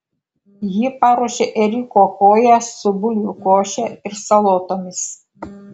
ji paruošė ėriuko koją su bulvių koše ir salotomis